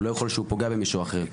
הוא לא יכול להיות כשהוא פוגע במישהו אחר.